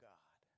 God